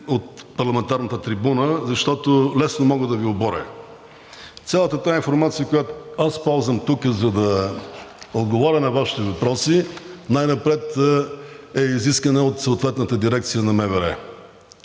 от парламентарната трибуна, защото лесно мога да Ви оборя. Цялата тази информация, която ползвам тук, за да отговоря на Вашите въпроси, най-напред е изискана от съответната дирекция на МВР.